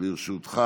לרשותך